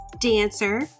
dancer